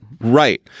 right